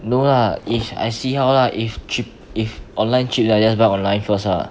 no lah if I see how lah if cheap if online cheap then I just buy online first ah